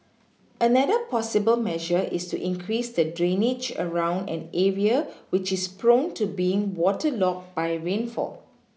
another possible measure is to increase the drainage around an area which is prone to being waterlogged by rainfall